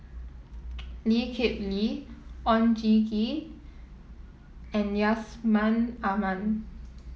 Lee Kip Lee Oon Jin Gee and Yusman Aman